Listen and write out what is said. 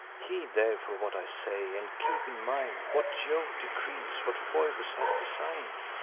heed therefore what i say and keep in mind what jove decrees, what phoebus has design'd,